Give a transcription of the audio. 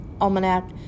Almanac